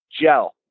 gel